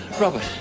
Robert